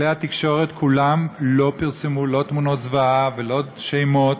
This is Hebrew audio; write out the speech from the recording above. כלי התקשורת כולם לא פרסמו לא תמונות זוועה ולא שמות,